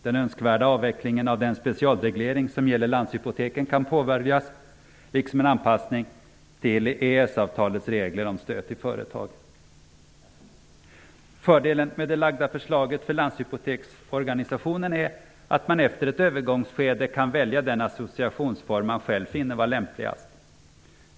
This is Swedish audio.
Den önskvärda avvecklingen av den specialreglering som gäller landshypoteken kan påbörjas liksom en anpassning till EES-avtalets regler om stöd till företag. Fördelen med det framlagda förslaget för landshypoteksorganisationen är att man efter ett övergångsskede kan välja den associationsform som man själv finner vara lämpligast.